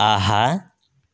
ஆஹா